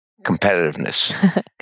competitiveness